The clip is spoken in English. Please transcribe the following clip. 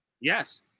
Yes